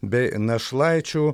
bei našlaičių